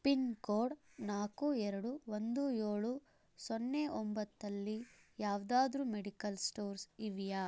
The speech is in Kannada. ಪಿನ್ಕೋಡ್ ನಾಲ್ಕು ಎರಡು ಒಂದು ಏಳು ಸೊನ್ನೆ ಒಂಬತ್ತಲ್ಲಿ ಯಾವುದಾದ್ರು ಮೆಡಿಕಲ್ ಸ್ಟೋರ್ಸ್ ಇವೆಯಾ